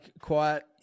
quiet